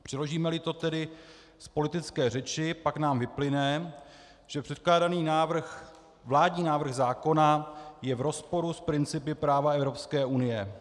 Přeložímeli to tedy z politické řeči, pak nám vyplyne, že předkládaný vládní návrh zákona je v rozporu s principy práva Evropské unie.